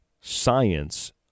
science